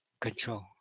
control